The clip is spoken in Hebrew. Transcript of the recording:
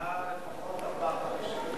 היתה לפחות ארבעה חודשים.